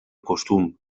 costum